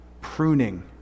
Pruning